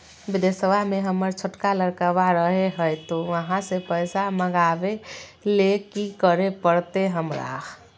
बिदेशवा में हमर छोटका लडकवा रहे हय तो वहाँ से पैसा मगाबे ले कि करे परते हमरा?